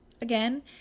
Again